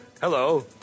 Hello